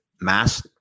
mass